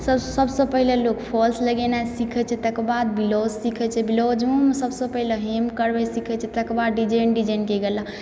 सभसँ पहिले लोक फॉल्स लगेनाइ सिखैत छै ताहिकेबाद ब्लाउज सिखैत छै ब्लाउजोमे सभसँ पहिले हेम करबै सिखै छै तकर बाद डिजाइन डिजाइनके गला